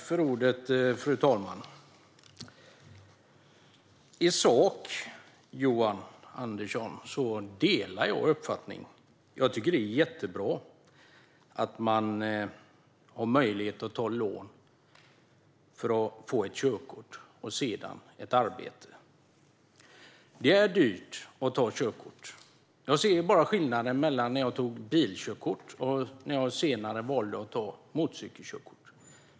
Fru talman! I sak, Johan Andersson, delar jag uppfattningen att det är jättebra att det är möjligt att ta lån för att ta körkort och sedan ta ett arbete. Det är dyrt att ta körkort. Jag ser skillnaden mellan att jag tog bilkörkort och när jag senare valde att ta motorcykelkörkort.